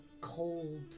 cold